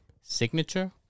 signature